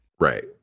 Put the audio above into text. Right